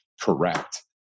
correct